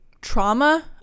trauma